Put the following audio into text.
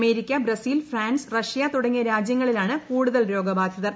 America Brazil France Russia തുടങ്ങിയ രാജ്യങ്ങളിലാണ് കൂടുതൽ രോഗബാധിതർ